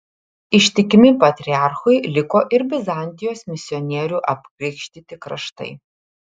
ištikimi patriarchui liko ir bizantijos misionierių apkrikštyti kraštai